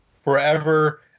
Forever